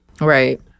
Right